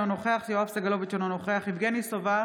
אינו נוכח יואב סגלוביץ' אינו נוכח יבגני סובה,